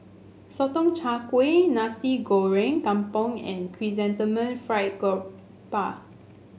Sotong Char Kway Nasi Goreng Kampung and Chrysanthemum Fried Garoupa